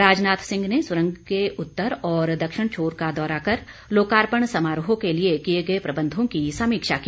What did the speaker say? राजनाथ सिंह ने सुरंग के उत्तर और दक्षिण छोर का दौरा कर लोकार्पण समारोह के लिए किए गए प्रबंधों की समीक्षा की